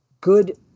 good